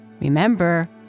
Remember